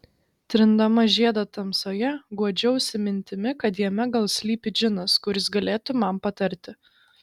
trindama žiedą tamsoje guodžiausi mintimi kad jame gal slypi džinas kuris galėtų man patarti